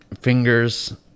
fingers